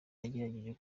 yagerageje